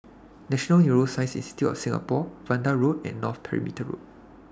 National Neuroscience Institute of Singapore Vanda Road and North Perimeter Road